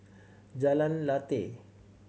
Jalan Lateh